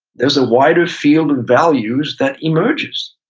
there's a wider field of values that emerges.